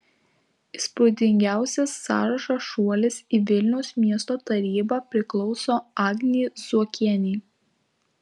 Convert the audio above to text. įspūdingiausias sąrašo šuolis į vilniaus miesto tarybą priklauso agnei zuokienei